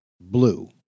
blue